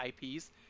IPs